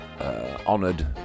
honoured